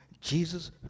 Jesus